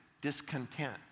Discontent